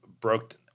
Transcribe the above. broke